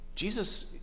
Jesus